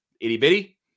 itty-bitty